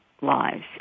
lives